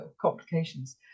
complications